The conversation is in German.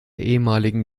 ehemaligen